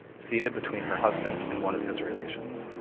seated between her husband and one of his relations.